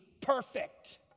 perfect